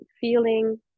feeling